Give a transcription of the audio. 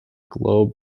globe